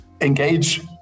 engage